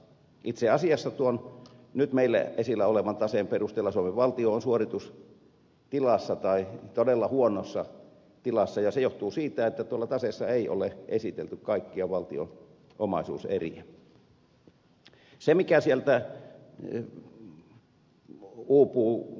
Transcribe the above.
itse asiassa tuon nyt meillä esillä olevan taseen perusteella suomen valtio on suoritustilassa tai todella huonossa tilassa ja se johtuu siitä että tuolla taseessa ei ole esitelty kaikkia valtion omaisuuseriä